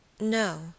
No